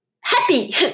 happy